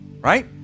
Right